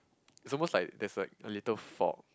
it's almost like there's like a little fault